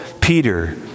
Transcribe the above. Peter